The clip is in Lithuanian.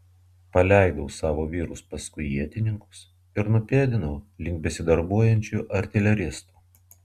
paleidau savo vyrus paskui ietininkus ir nupėdinau link besidarbuojančių artileristų